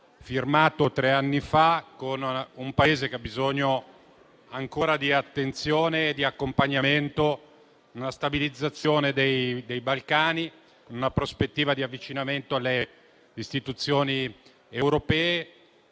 firmato tre anni fa con un Paese che ha ancora bisogno di attenzione e di accompagnamento, in un processo di stabilizzazione dei Balcani e in una prospettiva di avvicinamento alle istituzioni europee;